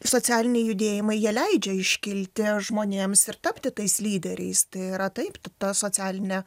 socialiniai judėjimai jie leidžia iškilti žmonėms ir tapti tais lyderiais tai yra taip ta socialinė